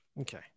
Okay